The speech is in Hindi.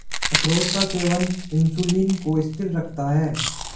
अखरोट का सेवन इंसुलिन को स्थिर रखता है